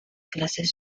clases